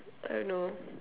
I don't know